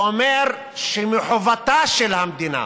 שאומר שמחובתה של המדינה,